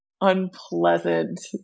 unpleasant